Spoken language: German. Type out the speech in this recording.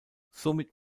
somit